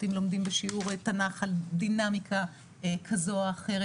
אם לומדים בשיעור תנ"ך על דינמיקה כזו או אחרת,